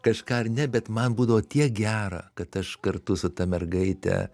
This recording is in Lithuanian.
kažką ar ne bet man būdavo tiek gera kad aš kartu su ta mergaite